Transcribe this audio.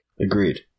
agreed